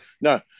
no